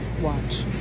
watch